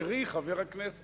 חברִי חבר הכנסת,